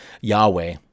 Yahweh